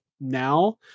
now